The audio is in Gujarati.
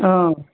હા